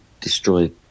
destroy